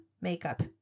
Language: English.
makeup